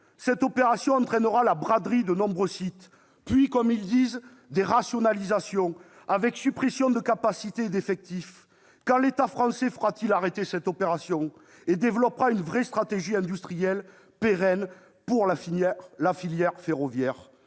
Cette opération entraînera la braderie de nombreux sites, puis, comme ils disent, des " rationalisations ", avec suppressions de capacités et d'effectifs. Quand l'État français fera-t-il arrêter cette opération et développera-t-il une vraie stratégie industrielle pérenne pour la filière ferroviaire ?